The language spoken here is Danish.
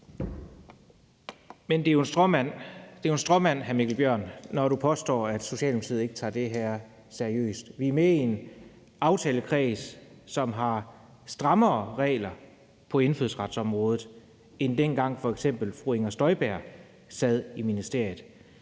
Det er jo en stråmand, hr. Mikkel Bjørn, når du påstår, at Socialdemokratiet ikke tager det her seriøst. Vi er med i en aftalekreds, som har strammere regler på indfødsretsområdet, end man havde dengang, hvor f.eks. fru Inger Støjberg sad i ministeriet.